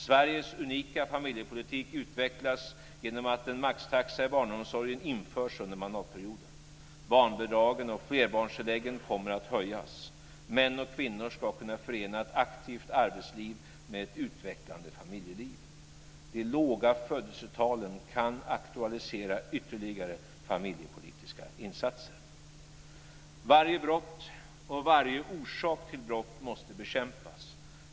Sveriges unika familjepolitik ska utvecklas genom att en maxtaxa i barnomsorgen införs under mandatperioden. Barnbidragen och flerbarnstilläggen kommer att höjas. Män och kvinnor ska kunna förena ett aktivt arbetsliv med ett utvecklande familjeliv. De låga födelsetalen kan aktualisera ytterligare familjepolitiska insatser. Varje brott och varje orsak till brott måste bekämpas.